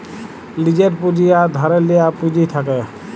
লীজের পুঁজি আর ধারে লিয়া পুঁজি থ্যাকে